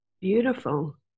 beautiful